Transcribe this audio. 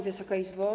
Wysoka Izbo!